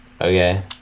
Okay